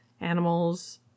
animals